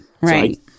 right